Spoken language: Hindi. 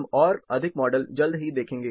हम और अधिक मॉडल जल्द ही देखेंगे